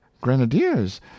grenadiers